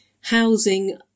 Housing